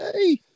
Hey